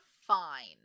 fine